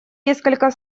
несколько